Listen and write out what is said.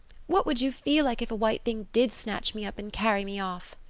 what would you feel like if a white thing did snatch me up and carry me off?